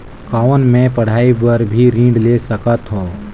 कौन मै पढ़ाई बर भी ऋण ले सकत हो?